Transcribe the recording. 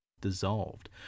dissolved